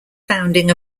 founding